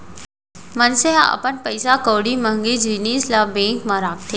मनसे ह अपन पइसा कउड़ी महँगी जिनिस ल बेंक म राखथे